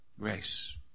grace